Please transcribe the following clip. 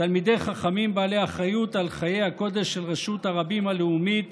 תלמידי חכמים בעלי אחריות על חיי הקודש של רשות הרבים הלאומית